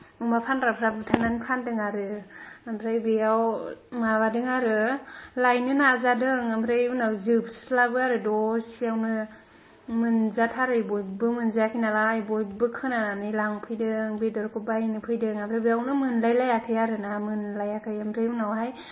अमा फानग्राफ्रा बुथारनानै फानदों आरो ओमफ्राय बेयाव माबादों आरो लायनो नाजादों ओमफ्राय उनाव जोबस्लाबो आरो दसेयावनो मोनजाथारै बयबो मोनजायाखै नालाय बयबो खोनानानै लांफैदों बेदरखौ बायनो फैदों ओमफ्राय बेयावनो मोनलायलायाखै आरोना मोनलायाखै ओमफ्राय उनावहाय